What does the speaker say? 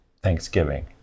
Thanksgiving